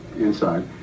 inside